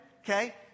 Okay